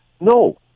No